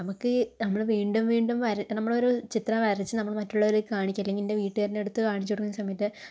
നമുക്കീ നമ്മൾ വീണ്ടും വീണ്ടും വര നമ്മളൊരു ചിത്രം വരച്ച് നമ്മൾ മറ്റുള്ളവരെ കാണിക്കാൻ അല്ലെങ്കിൽ എൻ്റെ വീട്ടുകാരിൻ്റെ അടുത്ത് കാണിച്ചു കൊടുക്കുന്ന സമയത്ത്